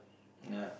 yeah